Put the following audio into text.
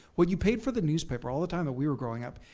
what you paid for the newspaper all the time that we were growing up,